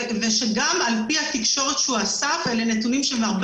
ושגם על פי התקשורת שהוא אסף אלה נתונים שהם הרבה